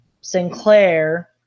Sinclair